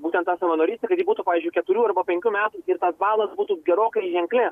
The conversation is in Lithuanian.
būtent tą savanorystę kad ji būtų pavyzdžiui keturių arba penkių metų ir tas balas būtų gerokai ženklesnis